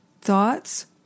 thoughts